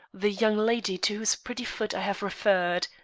the young lady to whose pretty foot i have referred.